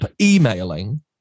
emailing